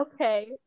Okay